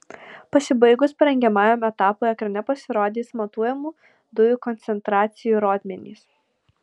pasibaigus parengiamajam etapui ekrane pasirodys matuojamų dujų koncentracijų rodmenys